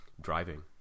driving